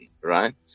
right